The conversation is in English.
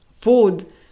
food